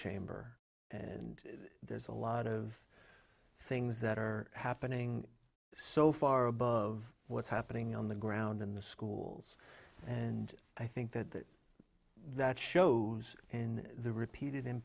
chamber and there's a lot of things that are happening so far above what's happening on the ground in the schools and i think that that shows in the repeated